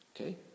okay